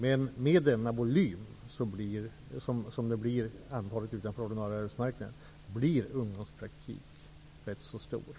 Men med den stora volym som antalet utanför ordinarie arbetsmarknad har blir ungdomspraktik en rätt stor åtgärd.